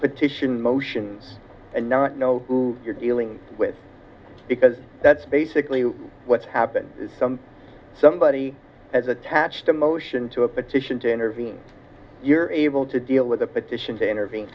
petition motions and not know who you're dealing with because that's basically what's happened is somebody has attached a motion to a petition to intervene you're able to deal with the petition to intervene